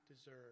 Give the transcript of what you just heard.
deserve